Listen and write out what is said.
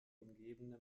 umgebende